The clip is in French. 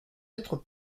être